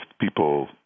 people